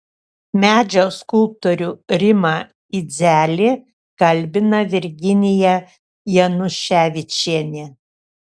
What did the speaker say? medžio skulptorių rimą idzelį kalbina virginija januševičienė